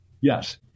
Yes